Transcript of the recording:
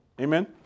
Amen